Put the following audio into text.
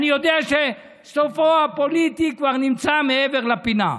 אני יודע שסופו הפוליטי כבר נמצא מעבר לפינה.